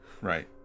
right